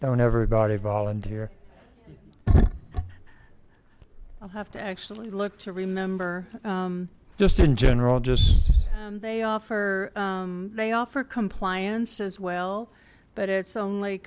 don't everybody volunteer i'll have to actually look to remember just in general just they offer they offer compliance as well but it's only